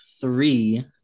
three